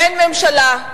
אין ממשלה,